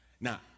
Now